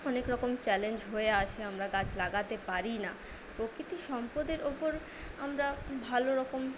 অনেক রকম চ্যালেঞ্জ হয়ে আসে আমরা গাছ লাগাতে পারি না প্রকৃতি সম্পদের ওপর আমরা ভালো রকম